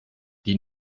die